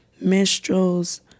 minstrels